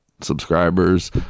subscribers